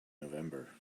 november